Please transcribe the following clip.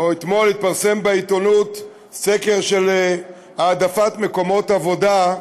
היום או אתמול התפרסם בעיתונות סקר של העדפת מקומות עבודה,